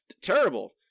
terrible